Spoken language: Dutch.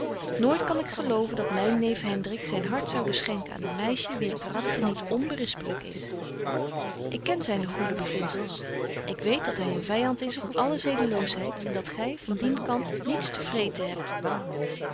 nooit kan ik geloven dat myn neef hendrik zyn hart zoude schenken aan een meisje wier karakter niet onberispelyk is ik ken zyne goede beginzels ik weet dat hy een vyand is van alle zedeloosheid en dat gy van dien kant niets te vrezen hebt